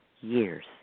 years